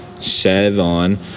seven